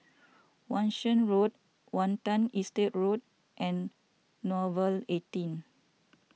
Wan Shih Road Watten Estate Road and Nouvel eighteen